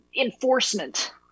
enforcement